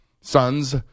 sons